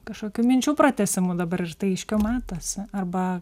kažkokių minčių pratęsimu dabar ir tai aiškiau matosi arba